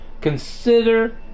consider